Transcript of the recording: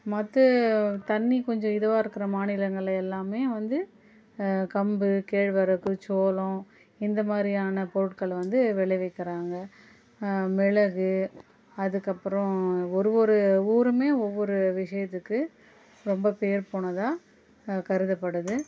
மற்ற தண்ணி கொஞ்சம் இதுவாக இருக்கிற மாநிலங்கள் எல்லாமே வந்து கம்பு கேழ்வரகு சோளம் இந்தமாதிரியான பொருட்கள் வந்து விளைவிக்கறாங்க மிளகு அதற்கப்றம் ஒரு ஒரு ஊருமே ஒவ்வொரு விஷயத்துக்கு ரொம்ப பேர் போனதாக கருதப்படுது